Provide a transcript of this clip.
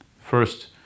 First